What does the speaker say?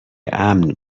امن